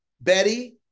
Betty